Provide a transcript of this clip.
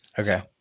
Okay